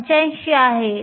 85 आहे